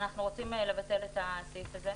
אנחנו רוצים לבטל את הסעיף הזה,